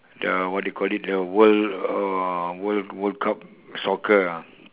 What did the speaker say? the what do you call it the world uh world world cup soccer ah